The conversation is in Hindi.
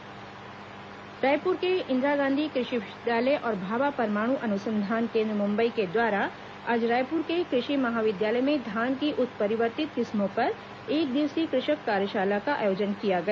कृषक कार्यशाला रायपुर के इंदिरा गांधी कृषि विश्वविद्यालय और भाभा परमाणु अनुसंधान केन्द्र मुंबई के द्वारा आज रायपुर के कृषि महाविद्यालय में धान की उत्परिवर्तित किस्मों पर एकदिवसीय कृषक कार्यशाला का आयोजन किया गया